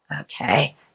Okay